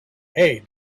hey